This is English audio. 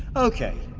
ok,